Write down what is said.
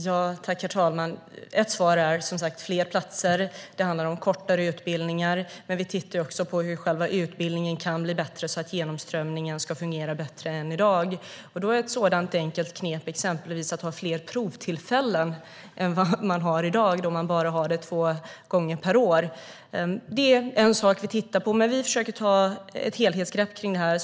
Herr talman! Det handlar om fler platser och kortare utbildningar. Vi tittar också på hur själva utbildningen kan bli bättre så att genomströmningen ska fungera bättre än i dag. Ett enkelt knep kan exempelvis vara att ha fler provtillfällen än de två gånger per år man har i dag. Det är en sak vi tittar på, men vi försöker att ta ett helhetsgrepp på detta.